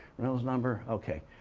reynolds number, okay.